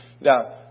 Now